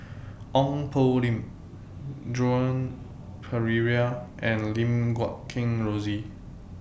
Ong Poh Lim Joan Pereira and Lim Guat Kheng Rosie